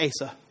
Asa